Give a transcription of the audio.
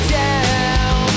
down